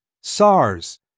SARS